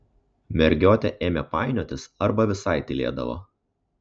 mergiotė ėmė painiotis arba visai tylėdavo